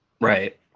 Right